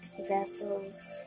vessels